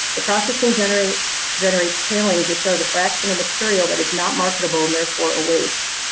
the processing generates generates tailings, which are the fraction of material that is not marketable, and therefore a waste.